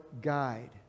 guide